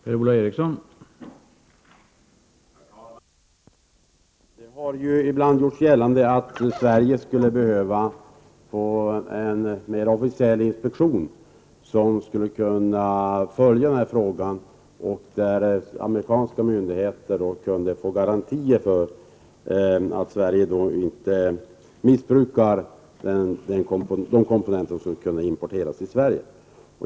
Herr talman! Det har ibland gjorts gällande att Sverige skulle behöva inrätta en mer officiell inspektion som kan följa denna fråga och ge amerikanska myndigheter garantier för att Sverige inte missbrukar de komponenter som man importerar.